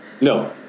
No